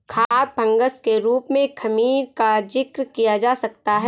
खाद्य फंगस के रूप में खमीर का जिक्र किया जा सकता है